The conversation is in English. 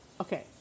Okay